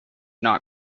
not